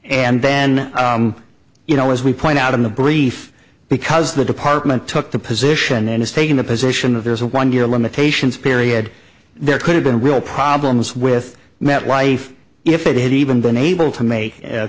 and then you know as we point out in the brief because the department took the position then has taken the position of there's a one year limitations period there could have been real problems with met life if it had even been able to make